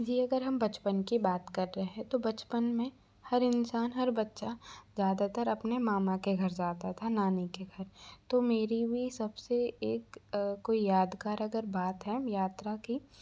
जी अगर हम बचपन की बात कर रहे हैं तो बचपन में हर इंसान हर बच्चा ज़्यादातर अपने मामा के घर जाता था नानी के घर तो मेरी भी सबसे एक कोई यादगार अगर बात है यात्रा की